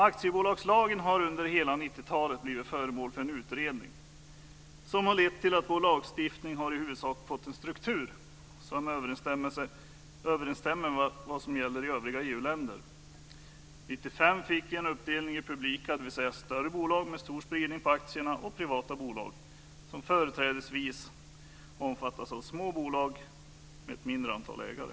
Aktiebolagslagen har under hela 90 talet blivit föremål för en utredning som har lett till att vår lagstiftning i huvudsak har fått en struktur som överensstämmer med vad som gäller i övriga EU länder. År 1995 fick vi en uppdelning i publika bolag, dvs. större bolag med stor spridning på aktierna, och privata bolag, som företrädesvis omfattar små bolag med ett mindre antal ägare.